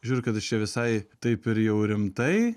žiūriu kad jis čia visai taip ir jau rimtai